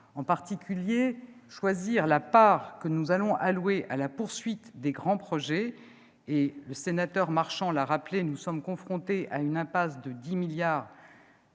en particulier choisir la part allouée à la poursuite des grands projets. Le sénateur Marchand l'a rappelé, nous sommes confrontés à une impasse de 10 milliards